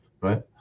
right